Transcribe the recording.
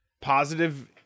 positive